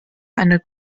eine